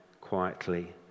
quietly